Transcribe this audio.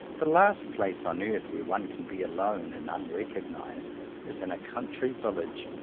the last place on earth where one can be alone and unrecognized is in a country village.